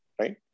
right